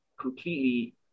completely